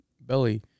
belly